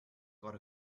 got